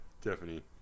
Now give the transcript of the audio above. Tiffany